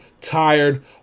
tired